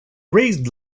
raised